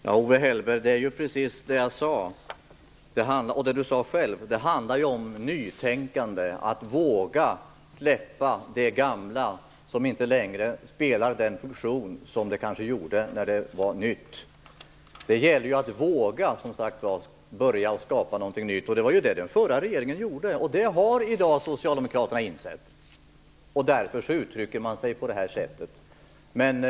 Fru talman! Det var precis det jag sade. Owe Hellberg sade det själv. Det handlar om nytänkande och om att våga släppa det gamla som inte längre har den funktion som det kanske hade när det var nytt. Det gäller att våga, som sagt var, och börja skapa någonting nytt. Det var det den förra regeringen gjorde. Det har Socialdemokraterna insett i dag. Därför uttrycker man sig på detta sätt.